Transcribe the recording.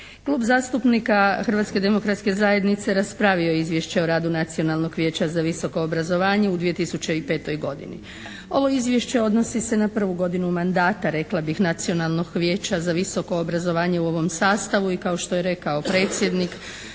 Klub zastupnika Hrvatske demokratske zajednice raspravio je Izvješće o radu Nacionalnog vijeća za visoko obrazovanje u 2005. godini. Ovo Izvješće odnosi se na prvu godinu mandata rekla bih Nacionalnog vijeća za visoko obrazovanje u ovom sastavu i kao što je rekao predsjednik